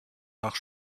nach